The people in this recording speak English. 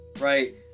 Right